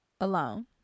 alone